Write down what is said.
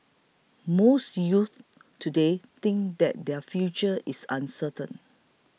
most youths today think that their future is uncertain